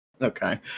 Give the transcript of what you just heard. Okay